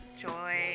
joy